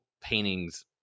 paintings